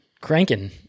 cranking